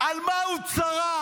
על מה הוא צרח?